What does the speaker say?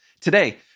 Today